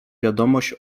wiadomość